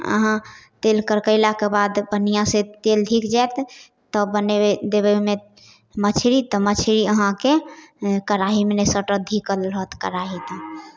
अहाँ तेल कड़केलाक बाद बढ़िआँसँ तेल धिक जाएत तब बनेबै देबै ओहिमे मछरी तऽ मछरी अहाँके कड़ाहीमे नहि सटत धिकल रहत कड़ाही तऽ